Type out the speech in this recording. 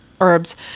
herbs